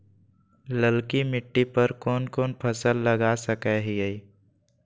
ललकी मिट्टी पर कोन कोन फसल लगा सकय हियय?